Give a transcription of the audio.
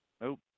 nope